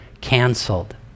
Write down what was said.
canceled